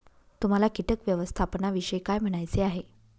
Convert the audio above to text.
तुम्हाला किटक व्यवस्थापनाविषयी काय म्हणायचे आहे?